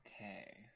Okay